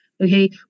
Okay